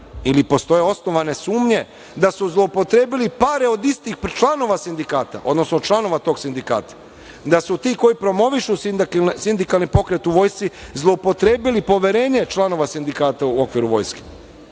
ili postoje osnovane sumnje da su zloupotrebili pare od istih članova sindikata, odnosno članova tog sindikata, da su ti koji promovišu sindikalni pokret u vojsci zloupotrebili poverenje članova sindikata u okviru vojske,